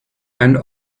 ein